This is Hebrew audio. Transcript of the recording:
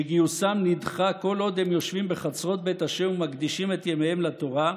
שגיוסם נדחה כל עוד הם יושבים בחצרות בית ה' ומקדישים את ימיהם לתורה,